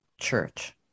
church